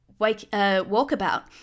Walkabout